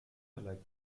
verleiht